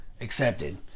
accepted